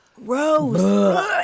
Rose